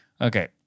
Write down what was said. Okay